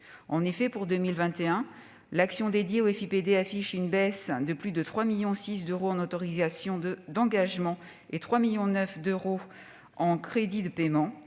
En effet, pour 2021, l'action consacrée au FIPD affiche une baisse de plus de 3,6 millions d'euros en autorisations d'engagement et de 3,9 millions d'euros en crédits de paiement.